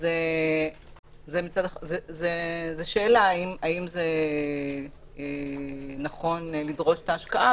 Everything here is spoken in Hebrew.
וזו שאלה האם זה נכון להידרש להשקעה.